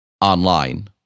online